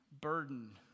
burden